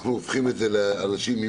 והופכים את זה לאנשים עם